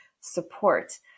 support